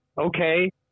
okay